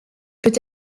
peut